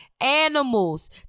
animals